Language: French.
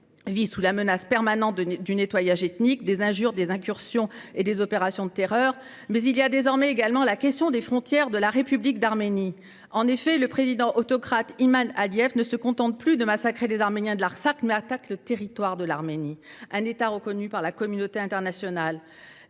vit sous la menace permanente du nettoyage ethnique, des injures, des incursions et des opérations de terreur. Mais désormais s'y ajoute la question des frontières de la République d'Arménie. En effet, le président autocrate Ilham Aliyev ne se contente plus de massacrer les Arméniens de l'Artsakh : il attaque le territoire de l'Arménie, État reconnu par la communauté internationale.